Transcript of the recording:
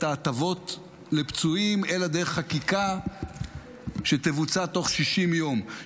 ההטבות לפצועים אלא דרך חקיקה שתבוצע בתוך 60 יום.